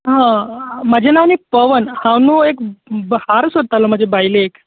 म्हाजें नांव न्ही पवन हांव न्हू एक हार सोदतालो म्हजे बायलेक